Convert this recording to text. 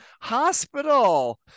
hospital